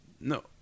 No